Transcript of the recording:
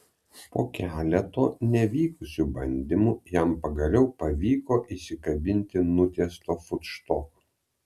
po keleto nevykusių bandymų jam pagaliau pavyko įsikabinti nutiesto futštoko